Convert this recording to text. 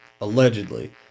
allegedly